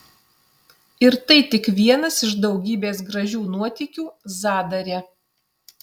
ir tai tik vienas iš daugybės gražių nuotykių zadare